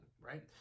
right